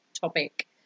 topic